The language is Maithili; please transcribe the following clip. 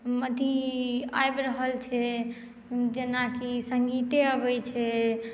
अथी आबि रहल छै जेनाकि सङ्गीते अबैत छै